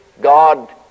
God